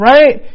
Right